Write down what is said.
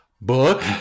Book